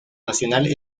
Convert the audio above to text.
nacional